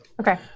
Okay